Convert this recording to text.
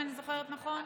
אם אני זוכרת נכון.